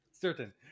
Certain